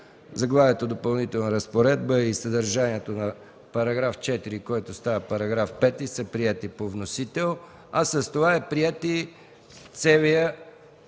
Заглавието „Допълнителна разпоредба” и съдържанието на § 4, който става § 5, са приети по вносител, а с това е приет и целият